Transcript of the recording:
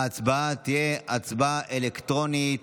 ההצבעה תהיה הצבעה אלקטרונית.